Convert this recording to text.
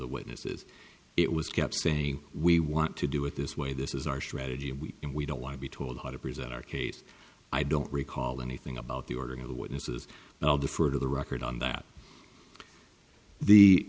the witnesses it was kept saying we want to do it this way this is our strategy and we don't want to be told how to present our case i don't recall anything about the ordering of the witnesses and i'll defer to the record on that the